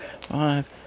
five